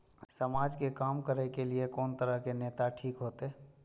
समाज के काम करें के ली ये कोन तरह के नेता ठीक होते?